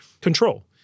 control